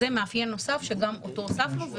זה מאפיין נוסף שגם אותו הוספנו.